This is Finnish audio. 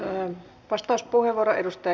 ön vastauspuheenvuoro edusta